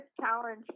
challenge